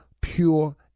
pure